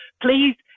please